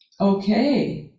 Okay